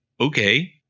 okay